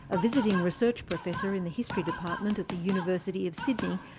a visiting research professor in the history department at the university of sydney,